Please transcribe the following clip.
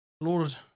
...Lord